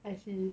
I see